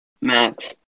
Max